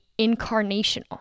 incarnational